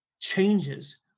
changes